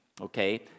okay